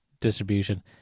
distribution